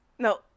no